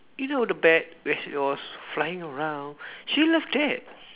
you know the bat where she was flying around she loved that